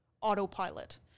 autopilot